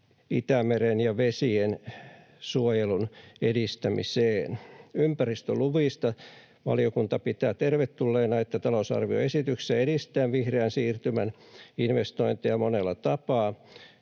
Itämeren ja vesien suojelun edistämiseen. Ympäristöluvista: Valiokunta pitää tervetulleena, että talousarvioesityksessä edistetään vihreän siirtymän investointeja monella tapaa.